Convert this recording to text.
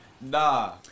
Nah